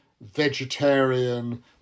vegetarian